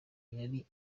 yari